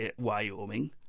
Wyoming